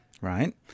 Right